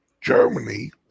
Germany